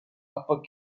upper